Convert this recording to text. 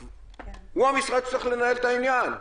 הוא המשרד שצריך לנהל את העניין,